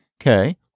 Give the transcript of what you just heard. Okay